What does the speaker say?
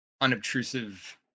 unobtrusive